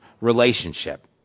relationship